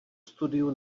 studiu